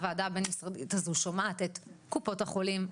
הוועדה הבין משרדית הזו שומעת את קופות החולים,